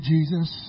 Jesus